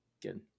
Good